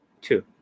Two